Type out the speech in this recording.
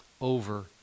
over